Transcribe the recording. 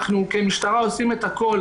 אנחנו כמשטרה עושים את הכול.